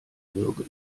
würgen